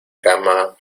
cama